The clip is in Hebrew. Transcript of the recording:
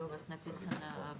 סדר גודל?